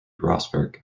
rosberg